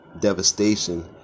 devastation